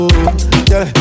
Girl